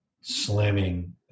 slamming